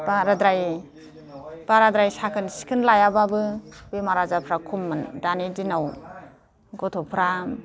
बाराद्राय बाराद्राय साखोन सिखोन लायाबाबो बेमर आजारफ्रा खममोन दानि दिनाव गथ'फ्रा